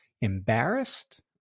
embarrassed